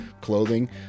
clothing